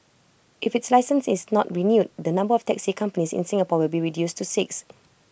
if its licence is not renewed the number of taxi companies in Singapore will be reduced to six